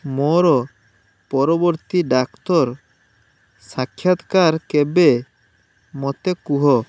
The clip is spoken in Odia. ମୋର ପରବର୍ତ୍ତୀ ଡାକ୍ତର ସାକ୍ଷାତକାର କେବେ ମୋତେ କୁହ